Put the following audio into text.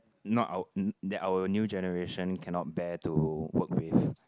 not our that our new generation cannot bear to work with